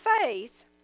faith